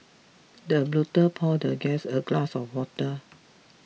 the butler poured the guest a glass of water